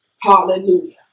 Hallelujah